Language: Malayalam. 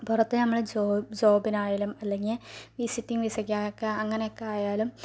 പുറത്ത് നമ്മള് ജോ ജോബിനായാലും അല്ലെങ്കിൽ വിസിറ്റിങ് വിസക്കൊക്കെ അങ്ങനൊക്കായാലും